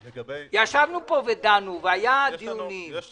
הוא הגיש דוח תקופתי לפי סעיפים 67 או 67א,